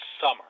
summer